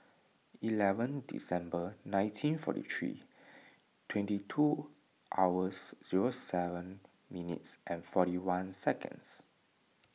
eleven December nineteen forty three twenty two hours zero seven minutes and forty one seconds